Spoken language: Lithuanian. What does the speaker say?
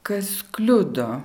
kas kliudo